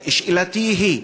שאלתי היא: